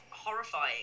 Horrifying